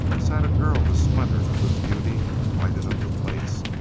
sat a girl the splendour of whose beauty lighted up the place,